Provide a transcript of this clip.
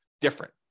different